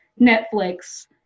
netflix